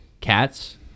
cats